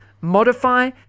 modify